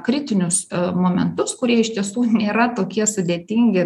kritinius momentus kurie iš tiesų nėra tokie sudėtingi